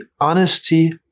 honesty